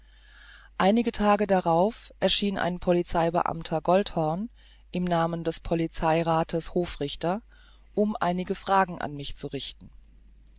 einige tage darauf erschien ein polizeibeamter goldhorn im namen des polizeirathes hofrichter um einige fragen an mich zu richten